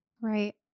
Right